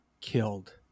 killed